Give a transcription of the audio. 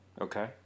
okay